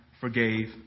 forgave